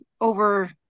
over